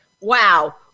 Wow